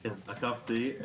עקבתי.